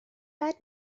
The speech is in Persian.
بعد